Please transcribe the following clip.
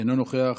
אינו נוכח,